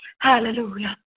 Hallelujah